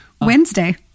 Wednesday